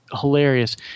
hilarious